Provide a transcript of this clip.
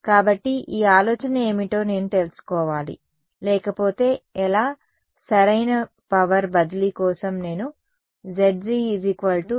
కాబట్టి ఈ ఆలోచన ఏమిటో నేను తెలుసుకోవాలి లేకపోతే ఎలా సరైన శక్తి బదిలీ కోసం నేను Zg ఏమి కావాలి